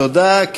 תודה.